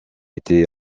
été